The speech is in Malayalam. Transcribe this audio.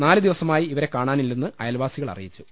നാല് ദിവസമായി ഇവരെ കാണാനി ല്ലെന്ന് അയൽവാസികൾ അറിയിച്ചു